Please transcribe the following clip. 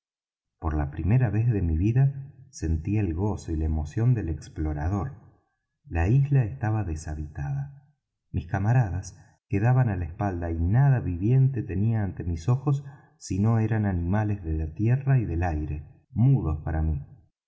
por la primera vez de mi vida sentía el gozo y la emoción del explorador la isla estaba deshabitada mis camaradas quedaban á la espalda y nada viviente tenía ante mis ojos sino eran animales de tierra y aire mudos para mí